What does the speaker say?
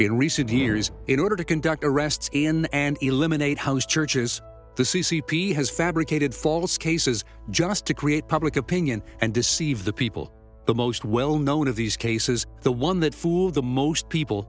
in recent years in order to conduct arrests and eliminate house churches the c c p has fabricated false cases just to create public opinion and deceive the people the most well known of these cases the one that fooled the most people